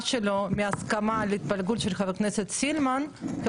שלו מההסכמה להתפלגות של חברת הכנסת סילמן,